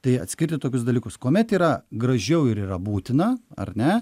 tai atskirti tokius dalykus kuomet yra gražiau ir yra būtina ar ne